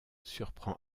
surprend